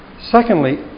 Secondly